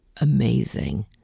amazing